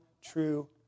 true